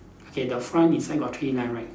okay the front inside got three line right